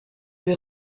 lui